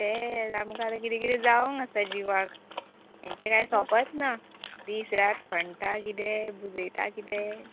तें आमकां आतां किरें किरें जावंक आसा जिवाक हेंचें कांय सोंपत ना दिस रात खण्टा कितें पुजयता कितें